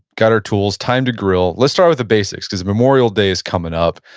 got our tools, time to grill. let's start with the basics, cause memorial day is coming up.